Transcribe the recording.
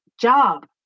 job